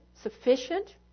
sufficient